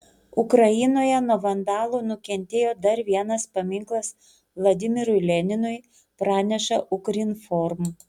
ukrainoje nuo vandalų nukentėjo dar vienas paminklas vladimirui leninui praneša ukrinform